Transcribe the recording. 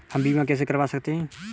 हम बीमा कैसे करवा सकते हैं?